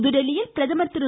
புதுதில்லியில் பிரதமர் திரு